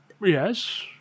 yes